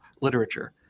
literature